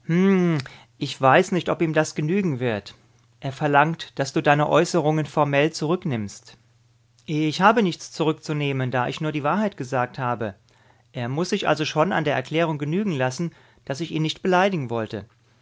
ich weiß nicht ob ihm das genügen wird er verlangt daß du deine äußerungen formell zurücknimmst ich habe nichts zurückzunehmen da ich nur die wahrheit gesagt habe er muß sich also schon an der erklärung genügen lassen daß ich ihn nicht beleidigen wollte